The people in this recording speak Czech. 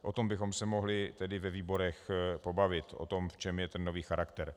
O tom bychom se mohli tedy ve výborech pobavit, o tom, v čem je ten nový charakter.